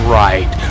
right